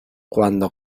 cuando